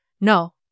No